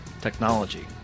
technology